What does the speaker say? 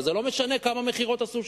וזה לא משנה כמה מכירות עשו שם.